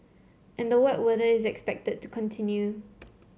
and the wet weather is expected to continue